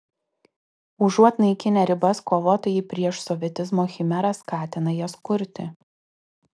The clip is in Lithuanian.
užuot naikinę ribas kovotojai prieš sovietizmo chimerą skatina jas kurti